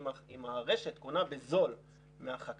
אם הרשת קונה בזול מהחקלאי,